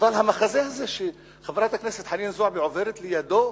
אבל המחזה הזה שחברת הכנסת חנין זועבי עוברת לידו,